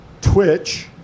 Twitch